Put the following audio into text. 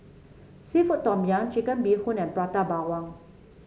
seafood Tom Yum Chicken Bee Hoon and Prata Bawang